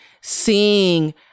seeing